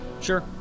Sure